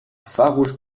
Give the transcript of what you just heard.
farouche